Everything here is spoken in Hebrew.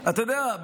אתה יודע,